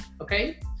Okay